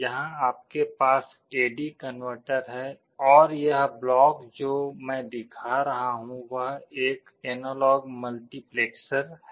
यहां आपके पास ए डी कनवर्टर है और यह ब्लॉक जो मैं दिखा रहा हूं वह एक एनालॉग मल्टीप्लेक्सर है